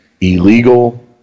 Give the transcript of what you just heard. illegal